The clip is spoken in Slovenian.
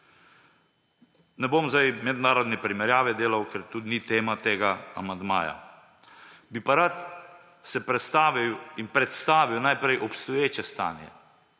Ne bom zdaj mednarodne primerjave delal, ker to tudi ni tema tega amandmaja, bi pa rad predstavil najprej obstoječe stanje,